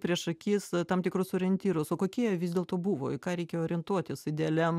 prieš akis tam tikrus orientyrus o kokie vis dėlto buvo į ką reikėjo orientuotis idealiam